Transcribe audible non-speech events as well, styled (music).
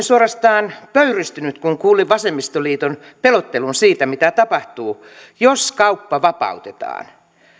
(unintelligible) suorastaan pöyristynyt kun kuulin vasemmistoliiton pelottelun siitä mitä tapahtuu jos kauppa vapautetaan